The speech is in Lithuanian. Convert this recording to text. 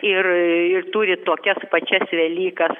ir ir turi tokias pačias velykas